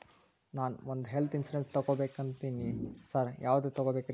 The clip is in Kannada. ನಾನ್ ಒಂದ್ ಹೆಲ್ತ್ ಇನ್ಶೂರೆನ್ಸ್ ತಗಬೇಕಂತಿದೇನಿ ಸಾರ್ ಯಾವದ ತಗಬೇಕ್ರಿ?